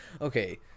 Okay